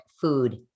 food